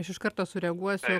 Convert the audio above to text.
aš iš karto sureaguosiu kad